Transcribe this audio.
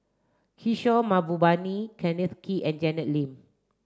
Kishore Mahbubani Kenneth Kee and Janet Lim